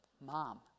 Mom